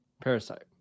parasite